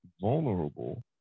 vulnerable